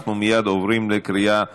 אנחנו מייד עוברים לקריאה שלישית.